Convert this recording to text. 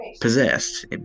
possessed